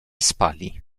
spali